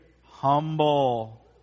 Humble